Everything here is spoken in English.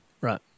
Right